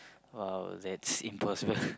!wow! that's impossible